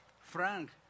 Frank